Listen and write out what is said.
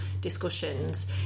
discussions